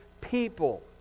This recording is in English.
people